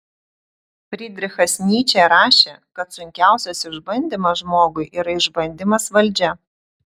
frydrichas nyčė rašė kad sunkiausias išbandymas žmogui yra išbandymas valdžia